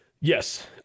Yes